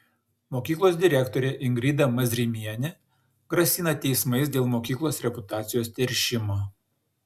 mokyklos direktorė ingrida mazrimienė grasina teismais dėl mokyklos reputacijos teršimo